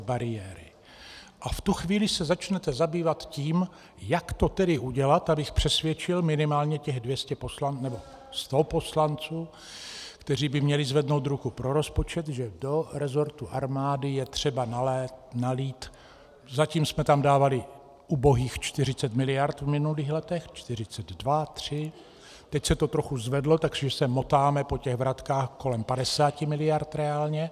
A v tu chvíli se začnete zabývat tím, jak to tedy udělat, abych přesvědčil minimálně těch 200 nebo 100 poslanců, kteří by měli zvednout ruku pro rozpočet, že do resortu armády je třeba nalít zatím jsme tam dávali ubohých 40 miliard v minulých letech, 42, 43, teď se to trochu zvedlo, takže se motáme po těch vratkách kolem 50 miliard reálně.